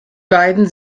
beiden